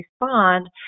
respond